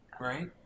Right